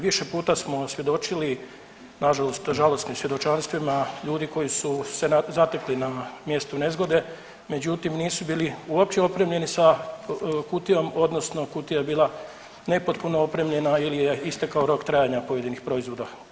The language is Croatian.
Više puta smo svjedočili nažalost žalosnim svjedočanstvima ljudi koji su se zatekli na mjestu nezgode međutim nisu bili uopće opremljeni sa kutijom odnosno kutija je bila nepotpuno opremljena ili je istekao rok trajanja pojedinih proizvoda u njoj.